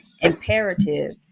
imperative